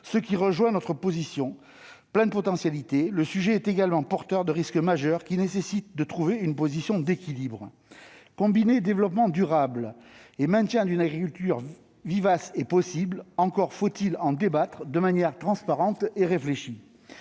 ce qui rejoint notre position : plein de potentialités, le sujet est également porteur de risques majeurs, qui nécessitent de trouver une position d'équilibre. Combiner développement durable et maintien d'une agriculture vivace est possible, encore faut-il en débattre de manière transparente et réfléchie.